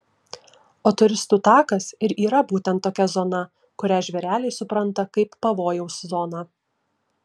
o turistų takas ir yra būtent tokia zona kurią žvėreliai supranta kaip pavojaus zoną